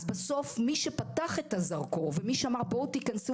אז בסוף מי שפתח את הזרקור ומי שאמר - בואו תיכנסו